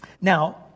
Now